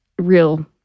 real